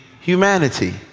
humanity